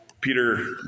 Peter